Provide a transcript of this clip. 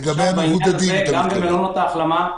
גם במלונות ההחלמה,